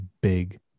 big